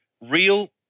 real